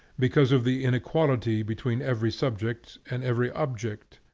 because of the inequality between every subject and every object.